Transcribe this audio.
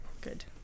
good